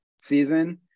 season